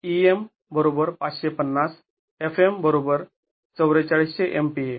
तर Em ५५० f m ४४०० MPa